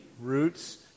roots